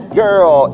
girl